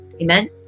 Amen